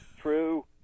true